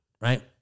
right